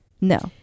no